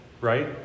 right